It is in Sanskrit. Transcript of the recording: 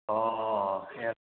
ओ एवम्